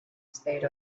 state